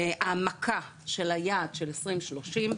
העמקה של היעד של 2030,